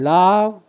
love